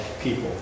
people